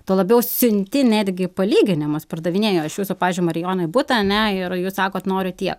tuo labiau siunti netgi palyginimus pardavinėju aš jūsų pavyzdžiui marijonai butą ane ir jūs sakot noriu tiek